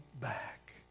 back